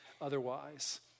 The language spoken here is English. otherwise